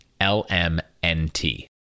LMNT